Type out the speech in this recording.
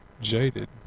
jaded